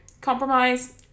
Compromise